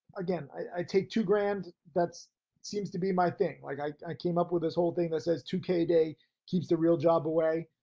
again, i take two grand that's seems to be my thing. like i came up with this whole thing that says two k day keeps the real job away.